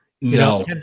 No